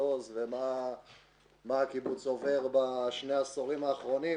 עוז ומה הקיבוץ עובר בשני עשורים האחרונים.